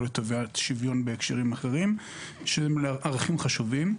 או לטובת שוויון בהקשרים אחרים שהם ערכים חשובים.